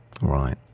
Right